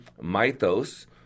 mythos